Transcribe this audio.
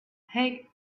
hey